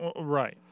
Right